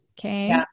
Okay